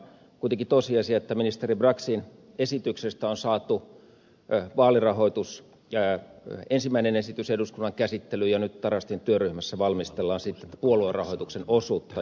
kuitenkin on tosiasia että ministeri braxin esityksestä on saatu ensimmäinen esitys vaalirahoituksesta eduskunnan käsittelyyn ja nyt tarastin työryhmässä valmistellaan sitten puoluerahoituksen osuutta